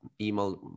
email